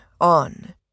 on